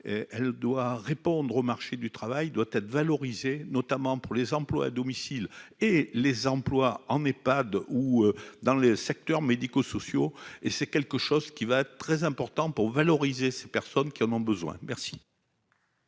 elle doit répondre au marché du travail doit être valorisé, notamment pour les emplois à domicile et les emplois en pas d'où, dans le secteur médico-sociaux et c'est quelque chose qui va très important pour valoriser ces personnes qui en ont besoin, merci.